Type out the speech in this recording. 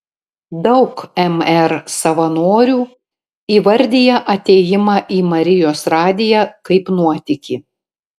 daug mr savanorių įvardija atėjimą į marijos radiją kaip nuotykį